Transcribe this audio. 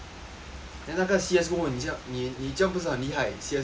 then 那个 C_S go 你这你你这样不是很厉害 C_S go